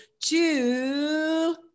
two